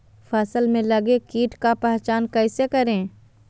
फ़सल में लगे किट का पहचान कैसे करे?